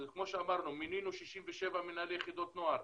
כמו שאמרנו, מינינו 67 מנהלי יחידות עוגן,